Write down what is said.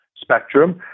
spectrum